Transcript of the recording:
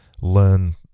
learn